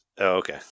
Okay